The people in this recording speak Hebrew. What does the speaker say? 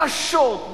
קשות,